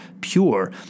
pure